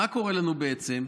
מה קורה לנו בעצם?